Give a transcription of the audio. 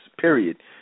period